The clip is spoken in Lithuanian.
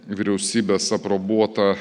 vyriausybės aprobuotą